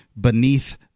beneath